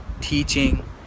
teaching